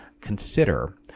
consider